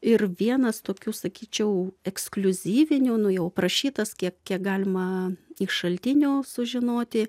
ir vienas tokių sakyčiau ekskliuzyvinių nu jau aprašytas tiek kiek galima iš šaltinių sužinoti